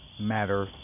Matter